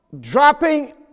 dropping